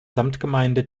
samtgemeinde